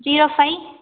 zero five